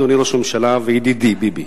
אדוני ראש הממשלה וידידי ביבי,